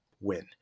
win